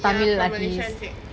ya from malaysia right